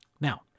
Now